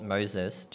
Moses